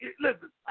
listen